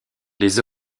les